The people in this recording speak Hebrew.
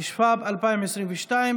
התשפ"ב 2022,